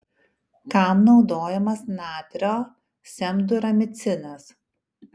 kam naudojamas natrio semduramicinas